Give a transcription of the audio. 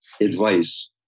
advice